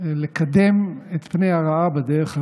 לקדם את פני הרעה בדרך הראויה.